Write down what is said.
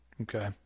okay